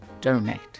donate